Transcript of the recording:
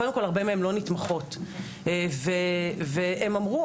קודם כל הרבה מהן לא נתמכות והן אמרו,